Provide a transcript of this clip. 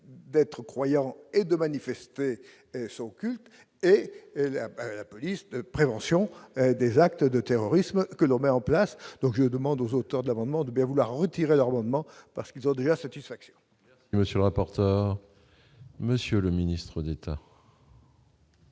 d'être croyant et de manifester son culte et la police, prévention des actes de terrorisme, que l'on met en place, donc je demande aux auteurs de l'amendement de bien vouloir retirer leur amendement parce qu'ils ont déjà satisfaction. Monsieur le rapporteur, monsieur le ministre d'État.